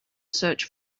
search